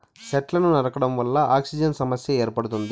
సెట్లను నరకడం వల్ల ఆక్సిజన్ సమస్య ఏర్పడుతుంది